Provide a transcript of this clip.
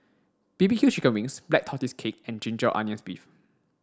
B B Q chicken wings black tortoise cake and ginger onions beef